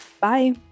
Bye